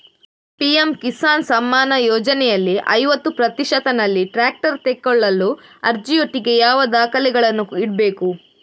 PM Kisan Samman ಯೋಜನೆಯಲ್ಲಿ ಐವತ್ತು ಪ್ರತಿಶತನಲ್ಲಿ ಟ್ರ್ಯಾಕ್ಟರ್ ತೆಕೊಳ್ಳಲು ಅರ್ಜಿಯೊಟ್ಟಿಗೆ ಯಾವ ದಾಖಲೆಗಳನ್ನು ಇಡ್ಬೇಕು?